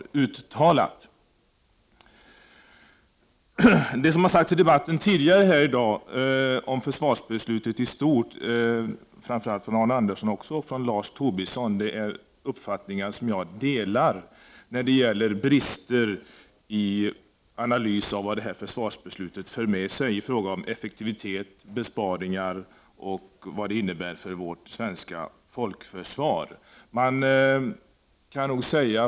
63 Det som sagts i debatten tidigare i dag om försvarsbeslutet i stort, framför allt av Arne Andersson och Lars Tobisson, är uppfattningar som jag delar när det gäller brister i analys av vad detta försvarsbeslut för med sig med avseende på effektivitet, besparingar och dess innebörd för vårt svenska folkförsvar.